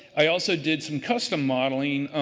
i also did some custom modeling.